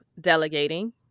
Delegating